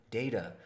data